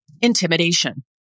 Intimidation